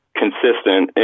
consistent